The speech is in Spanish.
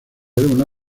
una